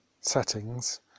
settings